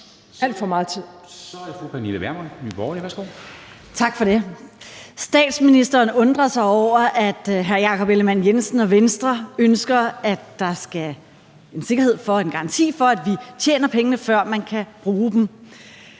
Vermund (NB): Tak for det. Statsministeren undrer sig over, at hr. Jakob Ellemann-Jensen og Venstre ønsker, at der skal være en sikkerhed og en garanti for, at vi tjener pengene, før vi kan bruge dem.